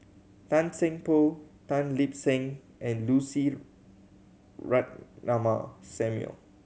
Tan Seng Poh Tan Lip Seng and Lucy Ratnammah Samuel